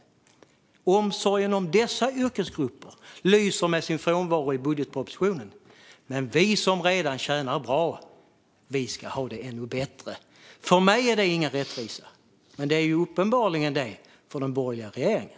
Omsorgen om dessa yrkesgrupper lyser med sin frånvaro i budgetpropositionen, men vi som redan tjänar bra ska ha det ännu bättre. För mig är det ingen rättvisa. Men det är det uppenbarligen för den borgerliga regeringen.